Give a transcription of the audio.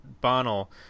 Bonnell